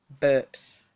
Burps